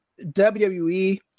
WWE